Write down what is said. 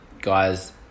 guys